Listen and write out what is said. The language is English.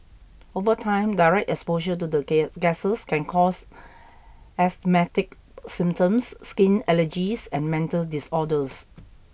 over time direct exposure to the gases can cause asthmatic symptoms skin allergies and mental disorders